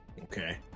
Okay